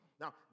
Now